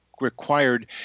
required